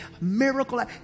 Miracle